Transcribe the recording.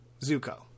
Zuko